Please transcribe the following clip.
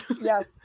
Yes